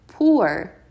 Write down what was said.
Poor